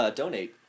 donate